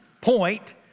point